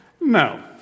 No